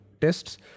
tests